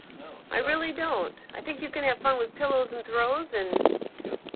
i really don't. i think you can have fun with pillows and throws and yup.